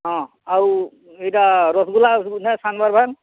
ହଁ ଆଉ ଇଟା ରସ୍ଗୁଲା ନାଇଁ ଛାନ୍ବାର୍ ଭେଲ୍